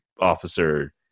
officer